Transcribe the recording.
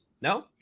No